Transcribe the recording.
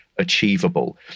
Achievable